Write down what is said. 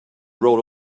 wrote